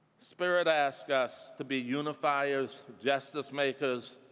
spirit asks us to be unifyiers, justice makers,